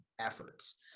efforts